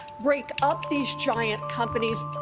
break up these giant companies.